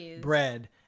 bread